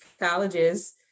colleges